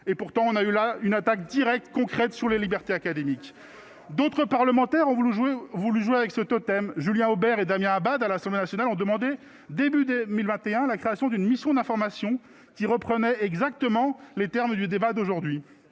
et pourtant on a eu là une attaque directe, concrète sur les libertés académiques d'autres parlementaires ont voulu jouer voulu jouer avec ce totem, Julien Aubert et Damien Abad, à l'Assemblée nationale ont demandé début 2021, la création d'une mission d'information qui reprenait exactement les termes du débat d'aujourd'hui